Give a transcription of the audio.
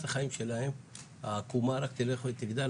החיים שלהם - העקומה רק תלך ותגדל.